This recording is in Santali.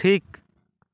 ᱴᱷᱤᱠ